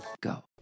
go